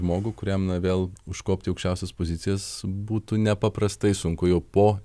žmogų kuriam na vėl užkopt į aukščiausias pozicijas būtų nepaprastai sunku jau po